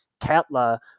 Katla